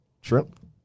Shrimp